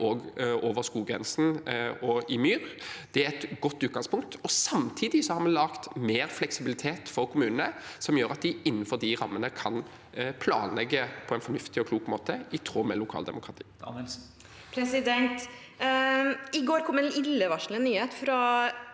og over skoggrensen og på myr. Det er et godt utgangspunkt. Samtidig har vi laget mer fleksibilitet for kommunene, som gjør at de innenfor de rammene kan planlegge på en fornuftig og klok måte, i tråd med lokaldemokratiet. Hilde Marie Gaebpie Danielsen (SV)